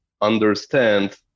understand